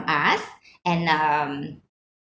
us and um